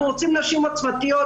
אנחנו רוצים נשים עוצמתיות.